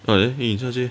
ah there eh 你站先